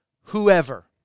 Whoever